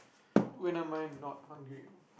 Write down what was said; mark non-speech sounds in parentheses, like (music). (breath) when am I not hungry you know